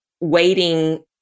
waiting